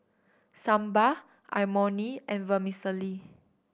Sambar Imoni and Vermicelli